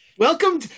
Welcome